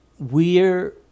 We're